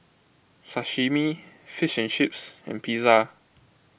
Sashimi Fish and Chips and Pizza